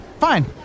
fine